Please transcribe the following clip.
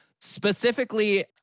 specifically